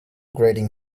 grating